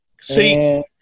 see